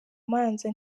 manza